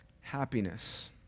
happiness